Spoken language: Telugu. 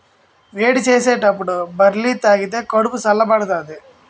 వేడి సేసినప్పుడు బార్లీ తాగిదే కడుపు సల్ల బడతాది